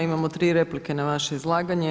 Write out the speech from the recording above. Imamo tri replike na vaše izlaganje.